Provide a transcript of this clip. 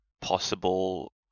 possible